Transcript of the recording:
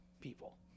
people